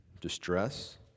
distress